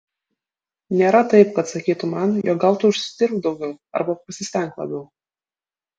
nėra taip kad sakytų man jog gal tu užsidirbk daugiau arba pasistenk labiau